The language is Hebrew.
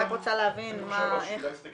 אני רק רוצה להבין איך --- כדאי להסתכל